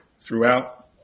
Throughout